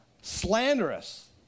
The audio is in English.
Slanderous